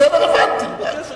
זה רלוונטי.